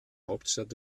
hauptstadt